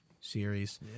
series